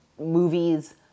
movies